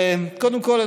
קודם כול,